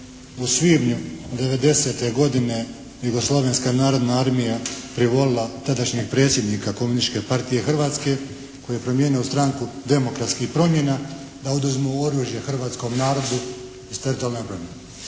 u svibnju '90. godine Jugoslovenska narodna armija privolila tadašnjeg predsjednika Komunističke partije Hrvatske koji je promijenio Stranku demokratskih promjena da oduzmu oružje hrvatskom narodu …/Govornik se ne